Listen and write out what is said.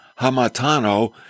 hamatano